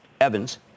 Evans